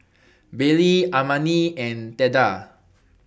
Baylie Armani and Theda